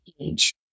age